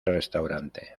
restaurante